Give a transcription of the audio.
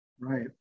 Right